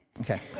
okay